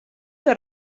que